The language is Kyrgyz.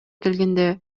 келгенде